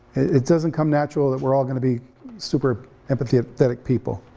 it doesn't come natural that we're all gonna be super empathetic people.